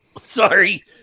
Sorry